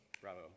bravo